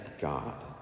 God